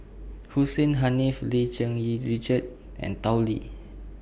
Hussein Haniff Lim Cherng Yih Richard and Tao Li